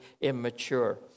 immature